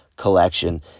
Collection